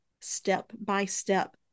step-by-step